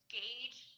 gauge